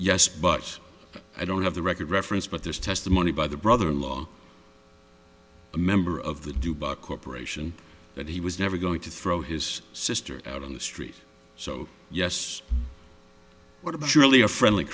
yes but i don't have the record reference but there's testimony by the brother in law a member of the dubai corporation that he was never going to throw his sister out on the street so yes what about surely a friendly